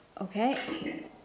Okay